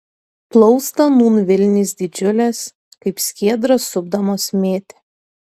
plaustą nūn vilnys didžiulės kaip skiedrą supdamos mėtė